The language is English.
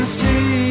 see